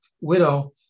widow